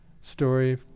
story